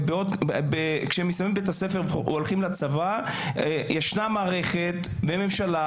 כשהם מסיימים את בית הספר הם הולכים לצבא וישנה מערכת וממשלה